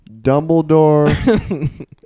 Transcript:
Dumbledore